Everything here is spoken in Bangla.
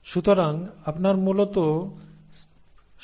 সুতরাং আপনার মূলত 16 টি ভিন্ন শব্দ থাকবে